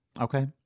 okay